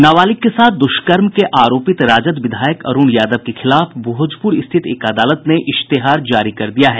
नाबालिग के साथ दुष्कर्म के आरोपित राजद विधायक अरुण यादव के खिलाफ भोजपुर स्थित एक अदालत ने इश्तेहार जारी कर दिया है